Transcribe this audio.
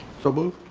so moved.